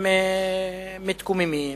הם מתקוממים,